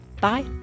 Bye